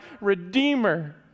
redeemer